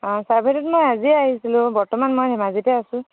অঁ ছাৰ্ভেটোত মই আজিয়ে আহিছিলোঁ বৰ্তমান মই ধেমাজিতে আছোঁ